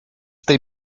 they